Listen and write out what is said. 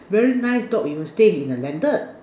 very nice dog you'll stay in a landed